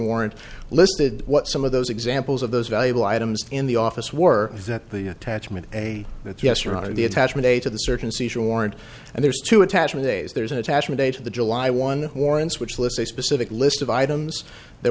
warrant listed what some of those examples of those valuable items in the office were that the attachment a that yes your honor the attachment a to the search and seizure warrant and there's two attachment days there's an attachment date of the july one warrants which lists a specific list of items that